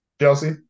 Chelsea